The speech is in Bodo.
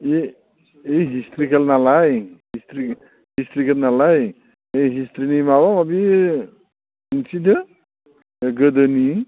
एह एह हिस्ट्रिकेल नालाय हिस्ट्रि हिस्ट्रिकेल नालाय बे हिस्ट्रिनि माबा माबि दिन्थिदो गोदोनि